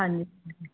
ਹਾਂਜੀ